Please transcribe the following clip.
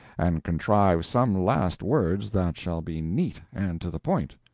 and contrive some last words that shall be neat and to the point.